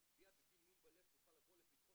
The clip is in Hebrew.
כי תביעה בגין מום בלב תוכל לבוא לפתחו